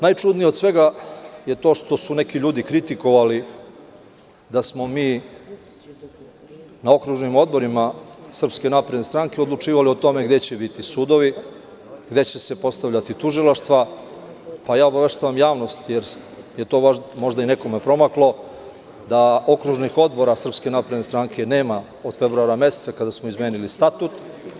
Najčudnije od svega je to što su neki ljudi kritikovali da smo mi na okružnim odborima SNS odlučivali o tome gde će biti sudovi, gde će se postavljati tužilaštva, a ja obaveštavam javnost jer je to možda nekome i promaklo, da okružnih odbora SNS nema od februara meseca kada smo izmenili Statut.